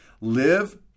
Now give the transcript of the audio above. live